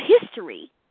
history